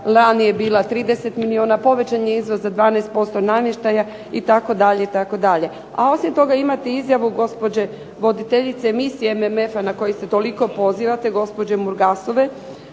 lani je bila 30 milijuna, povećan je izvoz za 12% namještaja, itd., itd. A osim toga imate izjavu gospođe voditeljice misije MMF-a na koji se toliko pozivate, gospođe Mulgasove,